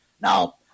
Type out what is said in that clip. Now